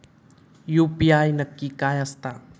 UPI नक्की काय आसता?